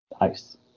Nice